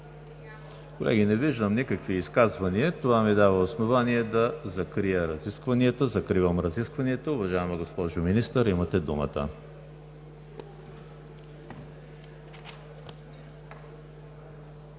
Колеги, не виждам никакви изказвания. Това ми дава основание да закрия разискванията. Закривам разискванията. Уважаема госпожо Министър, имате думата.